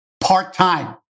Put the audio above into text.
part-time